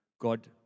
God